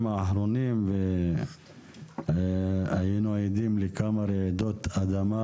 האחרונים היינו עדים לכמה רעידות אדמה,